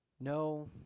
No